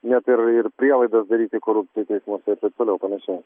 net ir ir prielaidas daryti korupcijai teismuose taip toliau ir panašiai